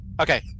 Okay